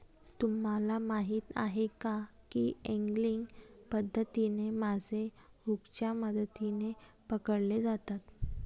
तुम्हाला माहीत आहे का की एंगलिंग पद्धतीने मासे हुकच्या मदतीने पकडले जातात